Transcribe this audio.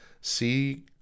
see